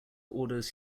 orders